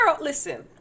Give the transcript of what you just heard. listen